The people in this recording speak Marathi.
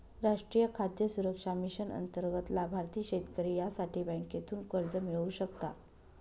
राष्ट्रीय खाद्य सुरक्षा मिशन अंतर्गत लाभार्थी शेतकरी यासाठी बँकेतून कर्ज मिळवू शकता